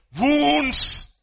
Wounds